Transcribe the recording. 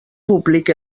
públic